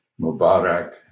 Mubarak